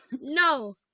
No